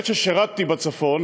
בעת ששירתי בצפון,